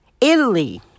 Italy